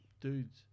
dudes